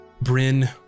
Bryn